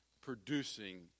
producing